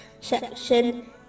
section